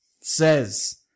says